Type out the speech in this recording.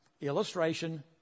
Illustration